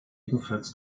ebenfalls